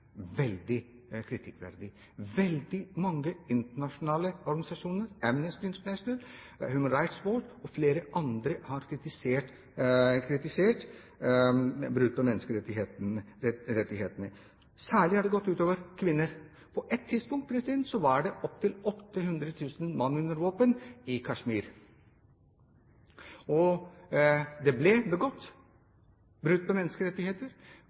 kritikkverdig. Mange internasjonale organisasjoner, Amnesty International, Human Rights Watch og flere andre, har kritisert brudd på menneskerettighetene. Særlig har det gått ut over kvinner. På et tidspunkt var det opptil 800 000 mann under våpen i Kashmir, og det ble begått brudd på menneskerettigheter.